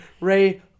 Ray